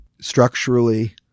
structurally